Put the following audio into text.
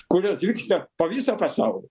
kurios vyksta po visą pasaulį